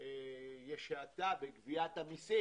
יש האטה בגביית המסים.